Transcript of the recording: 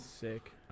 sick